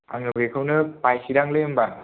आङो बेखौनो बायनोसैदांलै होमबा